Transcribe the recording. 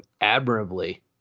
admirably